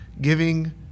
giving